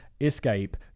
escape